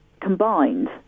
combined